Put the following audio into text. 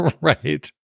Right